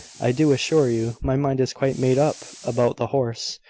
i do assure you. my mind is quite made up about the horse.